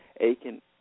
Aiken